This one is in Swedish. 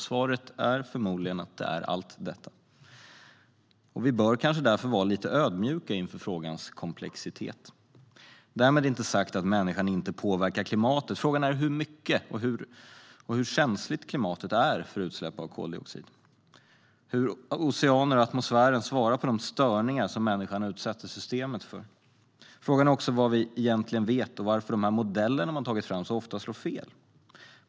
Svaret är förmodligen att det är allt detta. Vi bör därför kanske vara lite ödmjuka inför frågans komplexitet. Därmed är inte sagt att människan inte påverkar klimatet. Frågan är dock hur mycket och hur känsligt klimatet är för utsläpp av koldioxid. Hur svarar oceaner och atmosfären på de störningar människan utsätter systemet för? Frågan är också vad vi egentligen vet och varför de modeller man tagit fram så ofta slår fel.